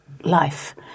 life